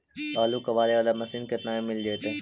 आलू कबाड़े बाला मशीन केतना में मिल जइतै?